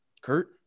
Kurt